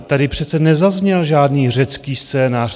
Tady přece nezazněl žádný řecký scénář.